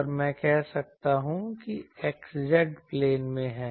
और मैं कह सकता हूं कि x z प्लेन में है